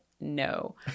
No